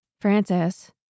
Francis